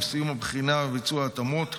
עם סיום הבחינה וביצוע ההתאמות,